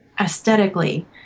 aesthetically